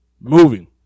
moving